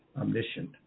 omniscient